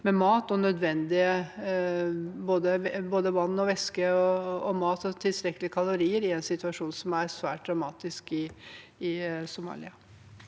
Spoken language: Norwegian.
med mat og det nødvendige, både vann, væske og mat med tilstrekkelig kalorier, i den situasjonen som er svært dramatisk i Somalia.